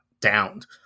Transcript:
downed